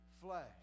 flesh